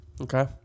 Okay